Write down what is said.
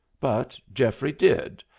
but geoffrey did,